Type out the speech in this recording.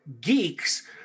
geeks